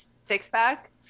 six-pack